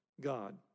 God